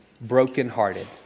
brokenhearted